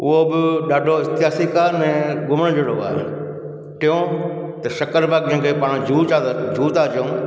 उहो बि ॾाढो इतिहासिक आहे ऐं घुमणु जहिड़ो आहे टियों त सक्करबाग जंहिंखे पाण जू आहे जू था चऊं